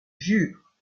jure